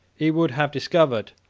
he would have discovered,